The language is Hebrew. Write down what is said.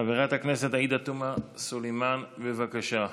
חברת הכנסת עאידה תומא סלימאן, בבקשה.